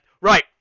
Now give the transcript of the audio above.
Right